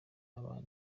abantu